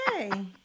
okay